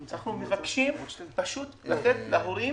אנחנו מבקשים פשוט לתת להורים